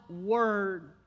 word